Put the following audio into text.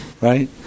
Right